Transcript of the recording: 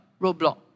roadblock